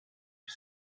ils